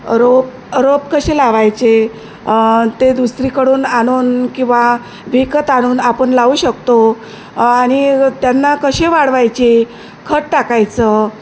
रोप रोप कसे लावायचे ते दुसरीकडून आणून किंवा विकत आणून आपण लावू शकतो आणि त्यांना कसे वाढवायचे खत टाकायचं